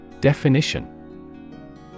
Definition